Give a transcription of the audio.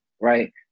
Right